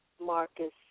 Marcus